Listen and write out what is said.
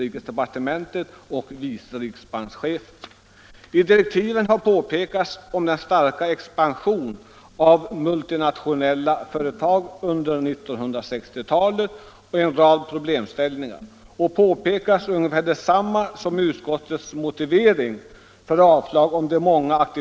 I direktiven har pekats på den starka expansionen av multinationella företag under 1960-talet och en rad problemställningar i samband därmed.